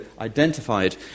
identified